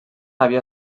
havia